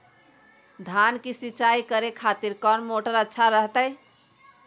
धान की सिंचाई करे खातिर कौन मोटर अच्छा रहतय?